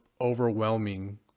overwhelming